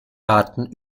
daten